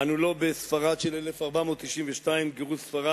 אנו לא בספרד של 1492, גירוש ספרד,